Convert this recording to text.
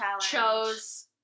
chose